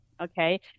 okay